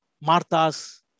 Martha's